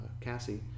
Cassie